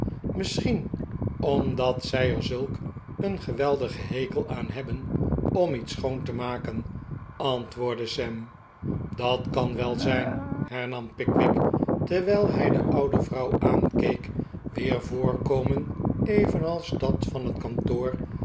misschien omdat zij er zulk een geweldigen hekel aan hebben om iets schoon te maken antwoordde sam dat kan wel zijn hernam pickwick terwijl hij de oude vrouw aankeek wier voorkomen evenals dat van het kantoor